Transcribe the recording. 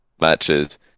matches